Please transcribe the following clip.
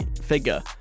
figure